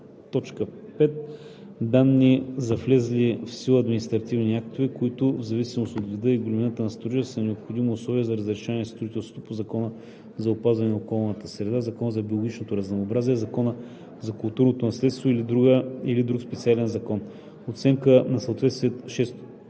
5; 5. данни за влезли в сила административни актове, които в зависимост от вида и големината на строежа са необходимо условие за разрешаване на строителството по Закона за опазване на околната среда, Закона за биологичното разнообразие, Закона за културното наследство или друг специален закон; 6. оценка на съответствието